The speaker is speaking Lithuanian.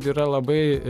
yra labai